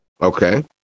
Okay